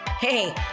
Hey